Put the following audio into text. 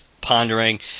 pondering